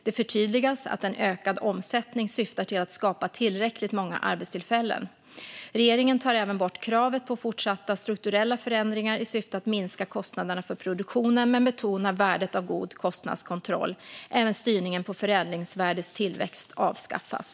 Det förtydligas att en ökad omsättning syftar till att skapa tillräckligt många arbetstillfällen. Regeringen tar även bort kravet på fortsatta strukturella förändringar i syfte att minska kostnaderna för produktionen men betonar värdet av god kostnadskontroll. Även styrningen på förädlingsvärdets tillväxt avskaffas.